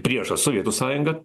priešas sovietų sąjunga